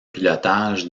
pilotage